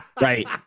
right